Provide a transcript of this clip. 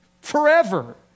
forever